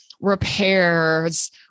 repairs